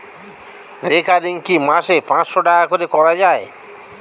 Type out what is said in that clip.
Recurring কি মাসে পাঁচশ টাকা করে করা যায়?